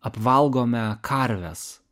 apvalgome karves